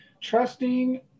trusting